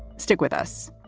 stick with us